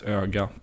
öga